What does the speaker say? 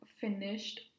finished